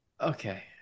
Okay